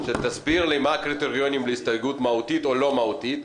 שתסביר לי מה הקריטריונים להסתייגות מהותית או לא מהותית,